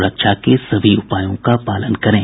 सुरक्षा के सभी उपायों का पालन करें